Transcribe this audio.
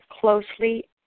closely